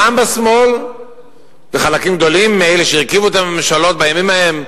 גם בשמאל ובחלקים גדולים מאלה שהרכיבו את הממשלות בימים ההם,